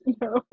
No